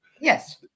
Yes